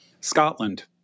Scotland